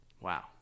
Wow